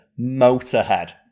Motorhead